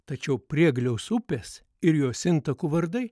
tačiau priegliaus upės ir jos intakų vardai